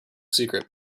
secret